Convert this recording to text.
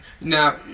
Now